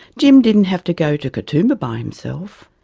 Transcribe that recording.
jim didn't have to go to katoomba by himself.